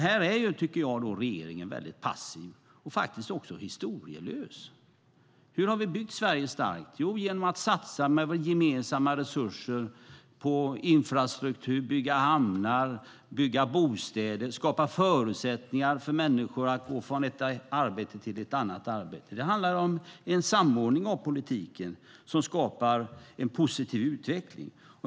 Här är regeringen väldigt passiv, tycker jag, och faktiskt också historielös. Hur har vi byggt Sverige starkt? Jo, det är genom att satsa våra gemensamma resurser på infrastruktur, bygga hamnar, bygga bostäder och skapa förutsättningar för människor att gå från ett arbete till ett annat arbete. Det handlar om en samordning av politiken som skapar en positiv utveckling.